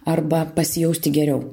arba pasijausti geriau